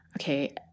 okay